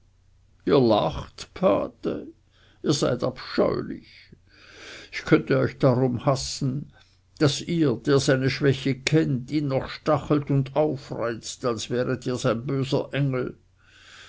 lacht pate ihr seid abscheulich ich könnte euch darum hassen daß ihr der seine schwäche kennt ihn noch stachelt und aufreizt als wäret ihr sein böser engel